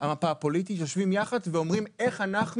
המפה הפוליטית יושבים יחד ואומרים איך אנו